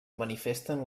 manifesten